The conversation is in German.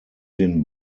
den